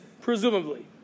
presumably